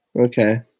Okay